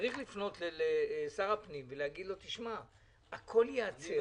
צריך לפנות לשר הפנים ולהגיד לו: הכול ייעצר.